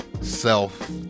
self